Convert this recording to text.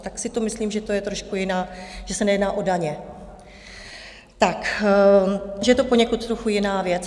Tak si myslím, že to je trošku jiná že se nejedná o daně, že je to poněkud trochu jiná věc.